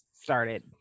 started